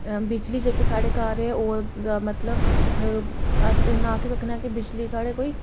बिजली जेह्की साढ़े घर ऐ ओह् मतलब अस इन्ना आक्खी सकने आं की बिजली साढ़े भई